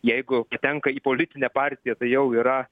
jeigu patenka į politinę partiją tai jau yra